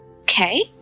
Okay